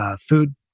food